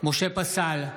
משה פסל,